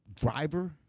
driver